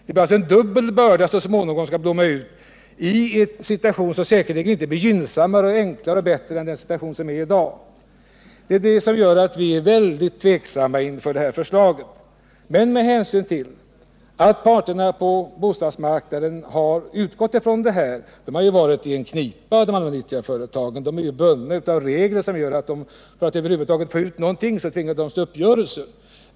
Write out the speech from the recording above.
Det är alltså en dubbel börda som så småningom skall blomma ut i en situation som säkerligen inte blir gynnsammare, enklare och bättre än den situation som är i dag. Detta gör att vi är mycket tveksamma inför detta förslag. Parterna på bostadsmarknaden har utgått ifrån att de allmännyttiga företagen har varit i en knipa, eftersom de är bundna av regler som gör att de tvingas till en uppgörelse för att över huvud taget få ut någonting.